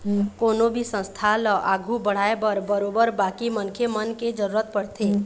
कोनो भी संस्था ल आघू बढ़ाय बर बरोबर बाकी मनखे मन के जरुरत पड़थे